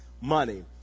money